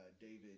David